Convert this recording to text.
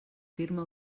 firma